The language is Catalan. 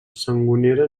sangonera